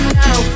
now